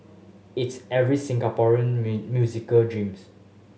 it's every Singaporean musician dreams